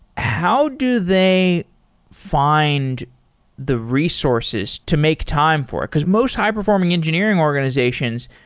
how do they find the resources to make time for it? because most high performing engineering organizations,